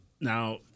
Now